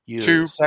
Two